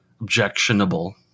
objectionable